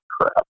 crap